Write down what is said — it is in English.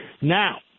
Now